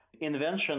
invention